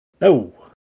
No